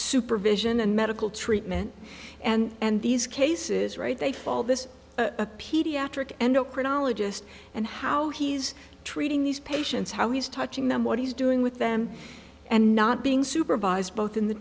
supervision and medical treatment and these cases right they fall this a pediatric endocrinologist and how he's treating these patients how he's touching them what he's doing with them and not being supervised both in the